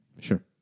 Sure